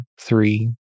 three